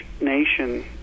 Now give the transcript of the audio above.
nation